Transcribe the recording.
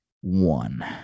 one